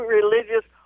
religious